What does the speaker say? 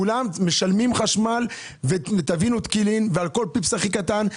כולם משלמים חשמל על כל פיפס הכי קטן,